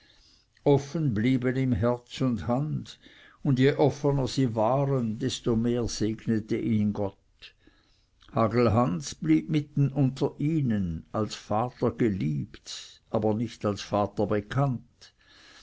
offen blieben ihm herz und hand und je offener sie waren desto mehr segnete ihn gott hagelhans blieb mitten unter ihnen als vater geliebt aber nicht als vater bekannt